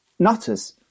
nutters